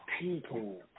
People